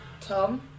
Tom